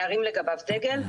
להרים לגביו דגל,